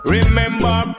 Remember